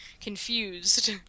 confused